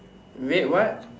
wait what